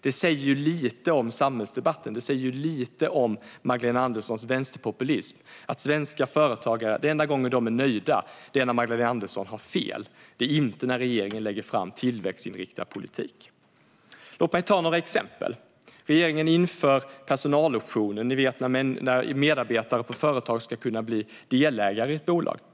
Det säger lite om samhällsdebatten och om Magdalena Anderssons vänsterpopulism att den enda gången svenska företagare är nöjda är när Magdalena Andersson har fel och inte när regeringen lägger fram tillväxtinriktad politik. Låt mig ta några exempel. Regeringen inför personaloptioner, som innebär att medarbetare på företag ska kunna bli delägare i bolaget.